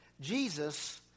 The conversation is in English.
Jesus